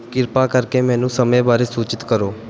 ਕਿਰਪਾ ਕਰਕੇ ਮੈਨੂੰ ਸਮੇਂ ਬਾਰੇ ਸੂਚਿਤ ਕਰੋ